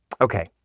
Okay